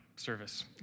service